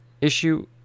Issue